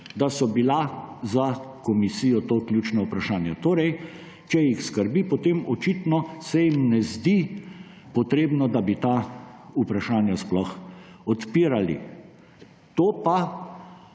da so bila za komisijo to ključna vprašanja. Če jih skrbi, potem očitno se jim ne zdi potrebno, da bi ta vprašanja sploh odpirali. To pa